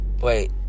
Wait